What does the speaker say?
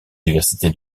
diversité